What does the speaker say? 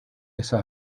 esa